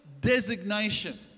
designation